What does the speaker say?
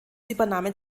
übernahmen